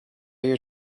your